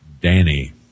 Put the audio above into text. Danny